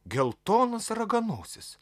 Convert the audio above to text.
geltonas raganosis